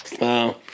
Wow